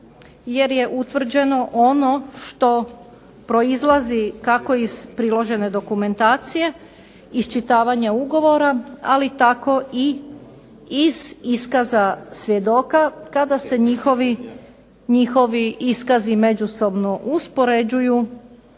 jer je utvrđeno ono što proizlazi kako iz priložene dokumentacije, iščitavanja ugovora, ali tako i iz iskaza svjedoka kada se njihovi iskazi međusobno uspoređuju